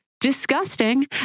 disgusting